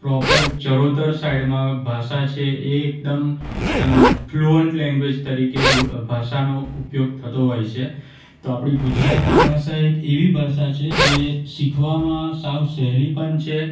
proper Charotar સાઇડમાં ભાષા છે એ એકદમ એમ ફલૂઅન્ટ લેંગ્વેજ તરીકે બો ભાષાનો ઉપયોગ થતો હોય છે તો આપણી ગુજરાતી ભાષા એ એક એવી ભાષા છે જે શીખવામાં સાવ સહેલી પણ છે